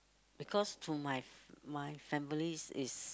because to my my families is